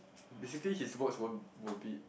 basically his works won't won't be